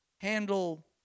handle